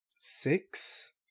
six